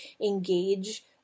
engage